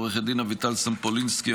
לעו"ד אביטל סומפולינסקי,